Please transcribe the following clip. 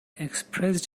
expressed